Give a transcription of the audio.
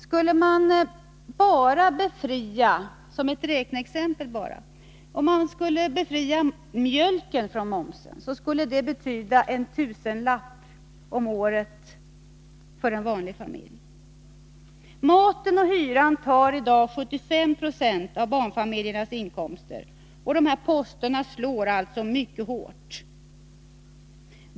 Skulle man — jag säger detta bara som ett räkneexempel — befria bara mjölken från momsen skulle det för en vanlig familj betyda en tusenlapp om året. Maten och hyran tar i dag 75 90 av barnfamiljernas inkomster. Dessa poster slår alltså mycket hårt.